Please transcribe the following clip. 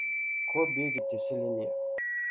ko bėgi tiesia linija